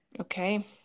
Okay